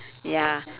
ya